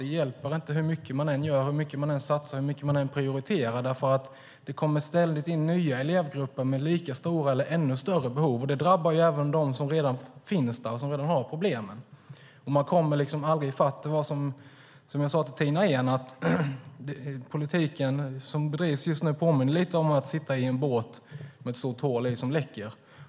Det hjälper inte hur mycket man än gör, satsar och prioriterar eftersom det ständigt kommer in nya elevgrupper med lika stora eller ännu större behov. Det drabbar även dem som redan finns där och har problem. Jag sade till Tina Ehn att den politik som bedrivs just nu påminner lite om att sitta i en båt med ett stort hål som läcker.